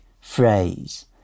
phrase